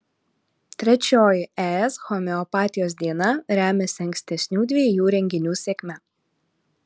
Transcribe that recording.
trečioji es homeopatijos diena remiasi ankstesnių dviejų renginių sėkme